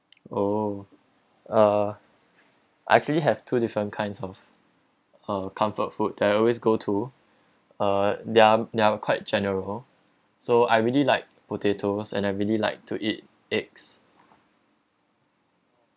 oh uh I actually have two different kinds of uh comfort food that I always go to uh they're they're quite general so I really like potatoes and I really like to eat eggs